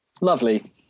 Lovely